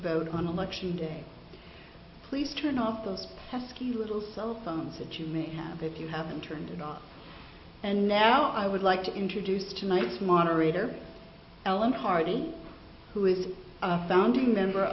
vote on election day please turn off those pesky little cell phones that you may have if you haven't turned and now i would like to introduce tonight's moderator ellen hardy who is a founding member